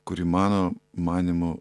kuri mano manymu